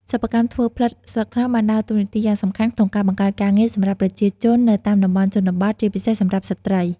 សិប្បកម្មធ្វើផ្លិតស្លឹកត្នោតបានដើរតួនាទីយ៉ាងសំខាន់ក្នុងការ បង្កើតការងារ សម្រាប់ប្រជាជននៅតាមតំបន់ជនបទ ជាពិសេសសម្រាប់ស្ត្រី។